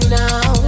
now